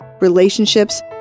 relationships